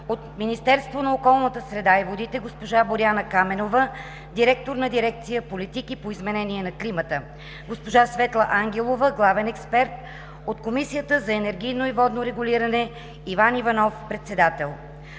от Министерството на околната среда и водите: госпожа Боряна Каменова – директор на дирекция „Политики по изменение на климата“, госпожа Светла Ангелова – главен експерт; от Комисията за енергийно и водно регулиране: Иван Иванов – председател.